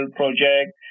project